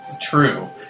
True